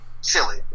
silly